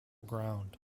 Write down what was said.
ground